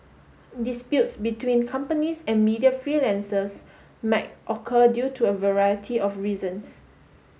disputes between companies and media freelancers might occur due to a variety of reasons